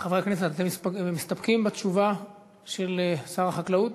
חברי הכנסת, אתם מסתפקים בתשובה של שר החקלאות?